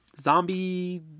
zombie